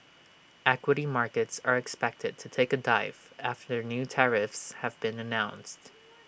equity markets are expected to take A dive after new tariffs have been announced